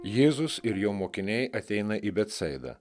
jėzus ir jo mokiniai ateina į betsaidą